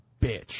bitch